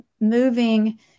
moving